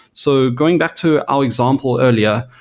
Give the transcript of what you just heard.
so going back to our example earlier,